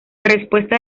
respuesta